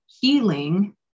healing